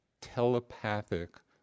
telepathic